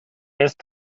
ist